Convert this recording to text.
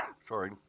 sorry